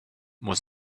was